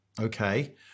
okay